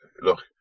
Look